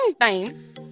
time